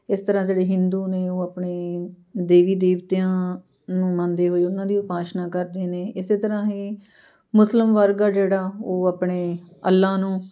ਇਸ ਤਰ੍ਹਾਂ ਜਿਹੜੇ ਹਿੰਦੂ ਨੇ ਉਹ ਆਪਣੇ ਦੇਵੀ ਦੇਵਤਿਆਂ ਨੂੰ ਮੰਨਦੇ ਹੋਏ ਉਹਨਾਂ ਦੀ ਉਪਾਸਨਾ ਕਰਦੇ ਨੇ ਇਸੇ ਤਰ੍ਹਾਂ ਹੀ ਮੁਸਲਿਮ ਵਰਗ ਆ ਜਿਹੜਾ ਉਹ ਆਪਣੇ ਅੱਲ੍ਹਾ ਨੂੰ